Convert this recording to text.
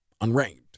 unranked